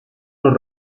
los